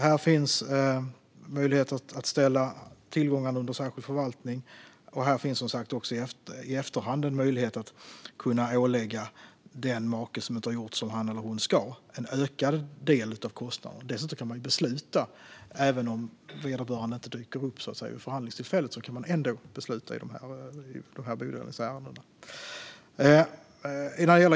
Här finns möjlighet att ställa tillgångar under särskild förvaltning, och här finns som sagt också i efterhand en möjlighet att ålägga den make som inte har gjort som han eller hon ska en ökad del av kostnaden. Dessutom kan man även om vederbörande inte dyker upp vid förhandlingstillfället ändå besluta i bodelningsärenden.